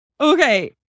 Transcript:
Okay